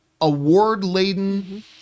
award-laden